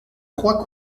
croix